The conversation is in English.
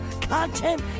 content